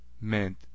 meant